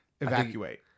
Evacuate